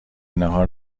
ناهار